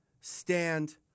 stand